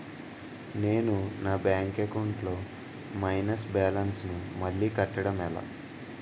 నేను నా bank account లొ మైనస్ బాలన్స్ ను మళ్ళీ కట్టడం ఎలా?